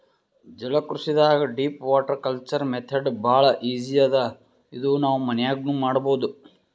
ಜಲಕೃಷಿದಾಗ್ deep water culture method ಭಾಳ್ easy ಅದಾ ಇದು ನಾವ್ ಮನ್ಯಾಗ್ನೂ ಮಾಡಬಹುದ್